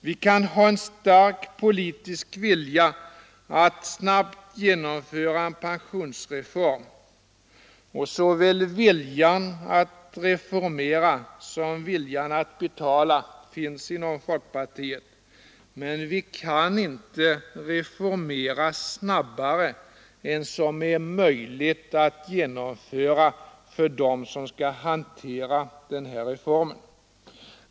Vi kan ha en stark politisk vilja att snabbt genomföra en pensionsreform — och såväl viljan att reformera som viljan att betala finns inom folkpartiet — men vi kan inte reformera snabbare än vad som är möjligt att genomföra för dem som skall hantera reformen.